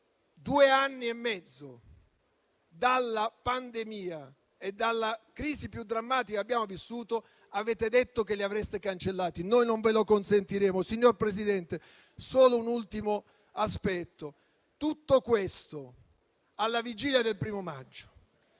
due anni e mezzo dalla pandemia e dalla crisi più drammatica che abbiamo vissuto, avete detto che li avreste cancellati. Noi non ve lo consentiremo. Signor Presidente, solo un ultimo aspetto. Tutto questo, alla vigilia del 1° maggio.